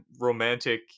romantic